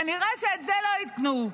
כנראה שאת זה לא ייתנו.